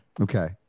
Okay